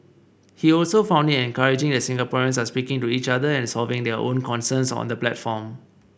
he also found it encouraging that Singaporeans are speaking to each other and solving their own concerns on the platform